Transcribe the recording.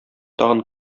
тагын